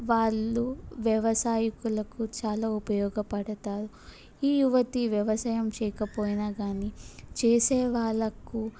వాళ్ళు వ్యవసాయకులకు చాలా ఉపయోగపడతారు ఈ యువతి వ్యవసాయం చేయకపోయిన కానీ చేసేవాళ్ళకు